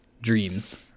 Dreams